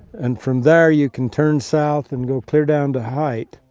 and from there you can turn south and go clear down to hyte.